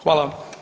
Hvala.